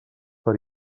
per